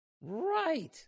right